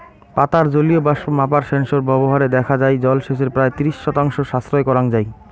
পাতার জলীয় বাষ্প মাপার সেন্সর ব্যবহারে দেখা যাই জলসেচের প্রায় ত্রিশ শতাংশ সাশ্রয় করাং যাই